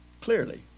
clearly